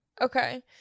okay